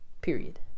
period